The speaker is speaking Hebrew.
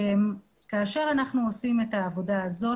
כאשר אנחנו עושים את העבודה הזאת,